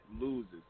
loses